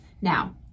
Now